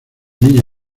niña